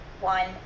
one